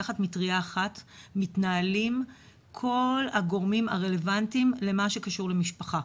תחת מטרייה אחת מתנהלים כל הגורמים הרלוונטיים למה שקשור למשפחה.